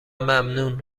ممنون